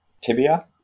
tibia